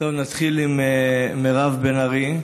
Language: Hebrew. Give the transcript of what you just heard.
נתחיל עם מירב בן ארי.